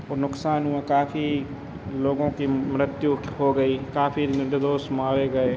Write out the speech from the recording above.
को नुकसान हुआ काफ़ी लोगों की मृत्यु हो गई काफ़ी निर्दोष मारे गए